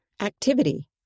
Activity